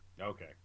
Okay